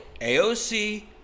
AOC